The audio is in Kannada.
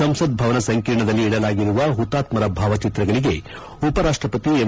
ಸಂಸತ್ ಭವನ ಸಂಕೀರ್ಣದಲ್ಲಿ ಇಡಲಾಗಿರುವ ಹುತಾತ್ಸರ ಭಾವಚಿತ್ರಗಳಿಗೆ ಉಪರಾಷ್ವಪತಿ ಎಂ